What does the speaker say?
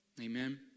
Amen